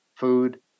food